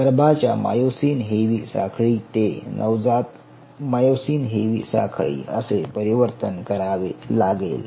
गर्भाच्या myosin heavy साखळी ते नवजात मायोसिन हेवी साखळी असे परिवर्तन करावे लागेल